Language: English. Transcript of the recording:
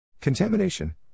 Contamination